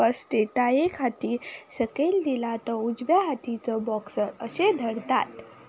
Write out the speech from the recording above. स्पश्टताये खातीर सकयल दिला तो उजव्या हातीचो बॉक्सर अशें धरतात